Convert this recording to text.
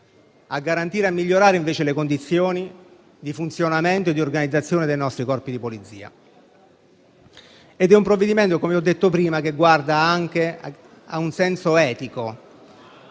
a garantire e a migliorare le condizioni di funzionamento e di organizzazione dei nostri Corpi di polizia ed è un provvedimento, come ho detto prima, che guarda anche al senso etico.